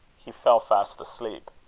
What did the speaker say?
he fell fast asleep.